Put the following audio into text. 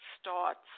starts